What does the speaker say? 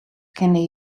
kinne